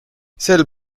sel